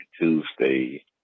Tuesday